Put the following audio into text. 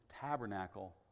tabernacle